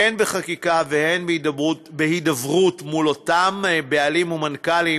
הן בחקיקה והן בהידברות מול אותם בעלים ומנכ"לים